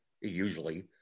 usually